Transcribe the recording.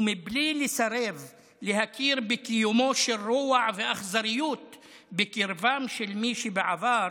ומבלי לסרב להכיר בקיומו של רוע ואכזריות בקרבם של מי בעבר